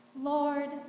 Lord